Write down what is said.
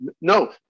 no